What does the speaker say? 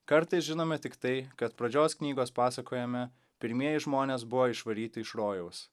kartais žinome tik tai kad pradžios knygos pasakojime pirmieji žmonės buvo išvaryti iš rojaus